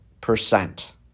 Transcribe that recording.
percent